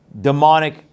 demonic